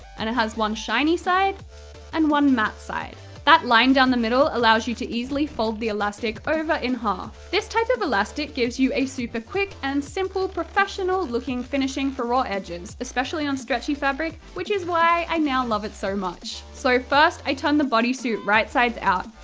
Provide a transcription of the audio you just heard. and it has one shiny side and one matte side. that line down the middle allows you to easily fold the elastic over in half. this type of elastic gives you a super quick and simple professional-looking finishing for raw edges, especially on stretchy fabric, which is why i now love it so much. so, first i turned the body suit right-sides out.